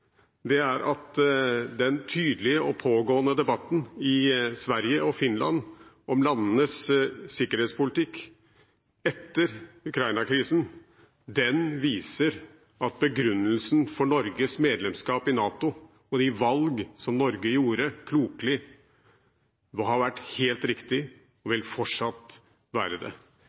er at den tydelige og pågående debatten i Sverige og Finland om landenes sikkerhetspolitikk etter Ukraina-krisen viser at begrunnelsen for Norges medlemskap i NATO og de valg som Norge klokelig gjorde, har vært helt riktige og vil fortsatt være det.